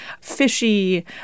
fishy